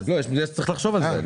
צריך לחשוב על זה.